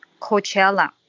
Coachella